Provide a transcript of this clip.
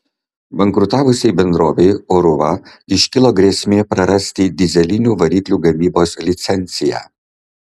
bankrutavusiai bendrovei oruva iškilo grėsmė prarasti dyzelinių variklių gamybos licenciją